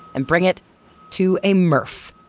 and bring it to a mrf.